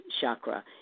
chakra